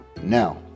Now